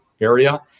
area